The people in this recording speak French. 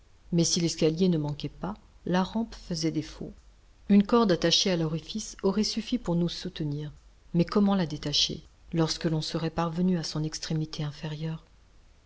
mais si l'escalier ne manquait pas la rampe faisait défaut une corde attachée à l'orifice aurait suffi pour nous soutenir mais comment la détacher lorsqu'on serait parvenu à son extrémité inférieure